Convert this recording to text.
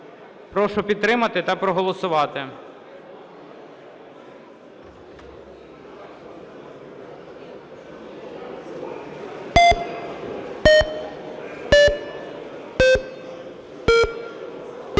Прошу підтримати та проголосувати.